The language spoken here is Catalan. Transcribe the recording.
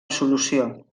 solució